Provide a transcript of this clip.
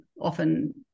often